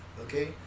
Okay